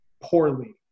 poorly